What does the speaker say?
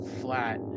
flat